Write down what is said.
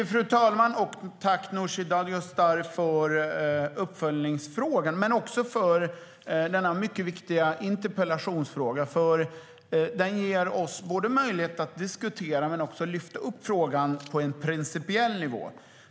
Fru talman! Jag tackar Nooshi Dadgostar för uppföljningsfrågan men också för denna mycket viktiga interpellation. Den ger oss möjlighet att både diskutera och lyfta upp frågan på en principiell nivå.